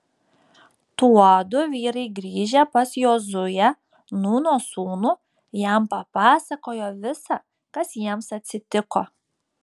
tuodu vyrai grįžę pas jozuę nūno sūnų jam papasakojo visa kas jiems atsitiko